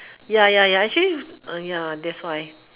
ya ya ya actually ya that's why